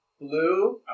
Blue